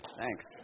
Thanks